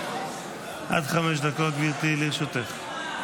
עד חמש דקות לרשותך.